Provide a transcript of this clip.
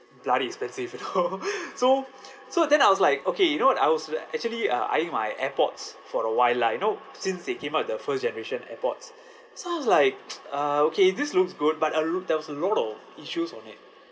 bloody expensive you know so so then I was like okay you know what I was actually uh eyeing my airpods for a while lah you know since they came out the first generation airpods so I was like uh okay this looks good but a loo~ there was a lot of issues on it